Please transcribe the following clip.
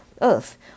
earth